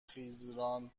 خیزران